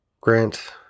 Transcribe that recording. Grant